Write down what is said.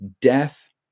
death